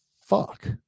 fuck